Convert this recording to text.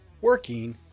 working